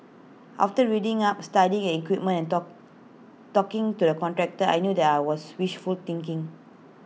after reading up studying an equipment and talk talking to the contractor I knew that I was wishful thinking